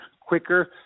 quicker